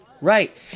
Right